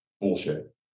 bullshit